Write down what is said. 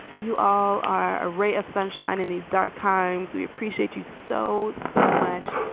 you all are a ray of sunshine in these dark times. we appreciate you so, so much.